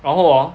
然后 hor